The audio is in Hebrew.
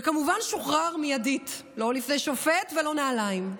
וכמובן שוחרר מיידית, לא לפני שופט ולא נעליים.